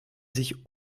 sich